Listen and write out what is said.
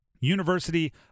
University